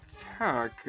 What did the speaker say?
attack